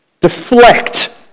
deflect